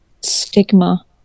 stigma